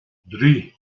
drie